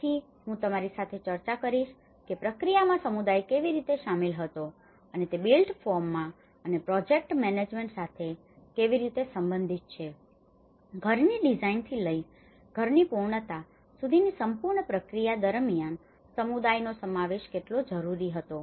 તેથી હું તમારી સાથે ચર્ચા કરીશ કે પ્રક્રિયામાં સમુદાય કેવી રીતે શામેલ હતો અને તે બિલ્ટ ફોર્મ અને પ્રોજેક્ટ મેનેજમેન્ટ સાથે કેવી રીતે સંબંધિત છે અને ઘરની ડિઝાઇનથી લઈને ઘરની પૂર્ણતા સુધીની સંપૂર્ણ પ્રક્રિયા દરમિયાન સમુદાયનો સમાવેશ કેટલો જરૂરી હતો